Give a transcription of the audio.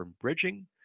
bridging